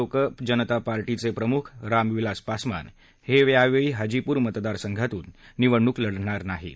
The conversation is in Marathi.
लोक जनता पार्टीचे प्रमुख राम विलास पासवान हे यावेळी हाजीपुर मतदारसंघातून निवडणूक लढणार नाहीत